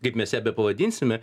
kaip mes ją bepavadinsime